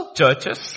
churches